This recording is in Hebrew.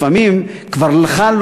לפעמים כבר לך,